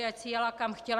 Ať si jela, kam chtěla.